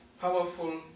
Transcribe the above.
powerful